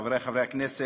חברי חברי הכנסת,